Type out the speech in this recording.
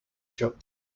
job